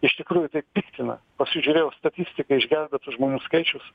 iš tikrųjų tai piktina pasižiūrėjau statistiką išgelbėtų žmonių skaičius